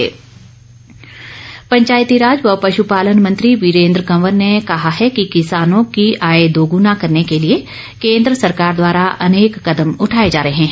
वीरेन्द्र कंवर पंचायती राज व पशुपालन मंत्री वीरेन्द्र कंवर ने कहा है कि किसानों की आय दोगुना करने के लिए केन्द्र सरकार द्वारा अनेक केदम उठाए जा रहे हैं